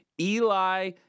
Eli